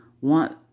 want